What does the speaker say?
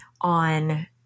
on